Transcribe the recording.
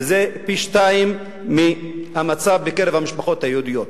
וזה פי-שניים מהמצב בקרב המשפחות היהודיות.